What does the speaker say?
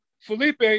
Felipe